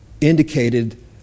indicated